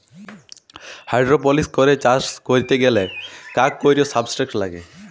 hydroponics করে চাষ ক্যরতে গ্যালে কাক কৈর সাবস্ট্রেট লাগে